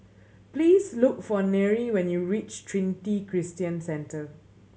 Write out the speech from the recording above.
please look for Nery when you reach Trinity Christian Centre